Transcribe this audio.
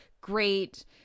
great